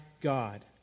God